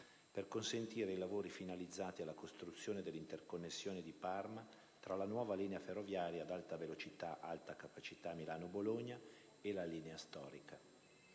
per consentire i lavori finalizzati alla costruzione dell'interconnessione di Parma tra la nuova linea ferroviaria ad alta velocità-alta capacità Milano-Bologna e la linea storica.